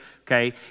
okay